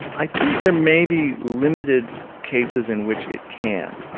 i think there may be limited cases in which it can.